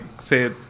say